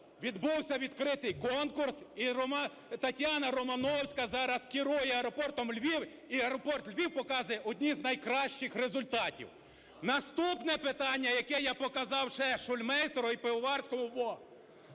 відбувся відкритий конкурс, і Тетяна Романовська зараз керує аеропортом "Львів", і аеропорт "Львів" показує одні з найкращих результатів. Наступне питання, яке я показав ще Шульмейстеру і Пивоварському